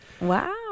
Wow